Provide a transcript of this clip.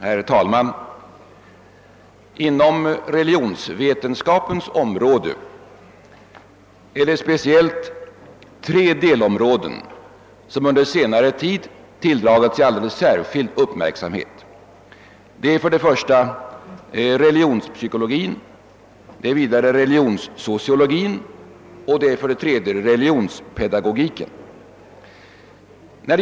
Herr talman! Inom religionsvetenskapen är det speciellt tre delområden som under senare tid tilldragit sig alldeles särskild uppmärksamhet. Det är för det första religionspsykologin, för det andra religionssociologin och för det tredje religionspedagogiken.